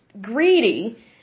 greedy